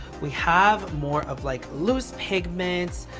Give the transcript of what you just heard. we have more of like loose pigments,